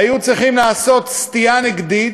היו צריכים לעשות סטייה נגדית.